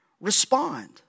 respond